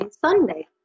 sunday